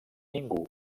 ningú